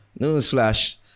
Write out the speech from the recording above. newsflash